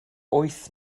wyth